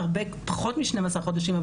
תוך פחות מ-12 חודשים,